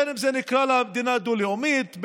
בין אם נקרא לה מדינה דו-לאומית,